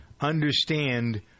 understand